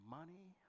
money